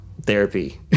therapy